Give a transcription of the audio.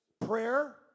Prayer